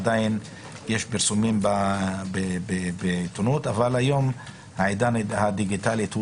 עדין יש פרסומים בעיתונות אבל היום אנחנו בעידן הדיגיטלי.